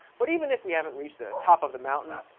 but even if we haven't reached the top of the mountain,